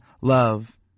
love